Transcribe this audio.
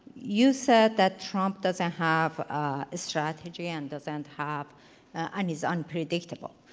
you said that trump doesn't have a strategy and doesn't have and is unpredictable.